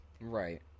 right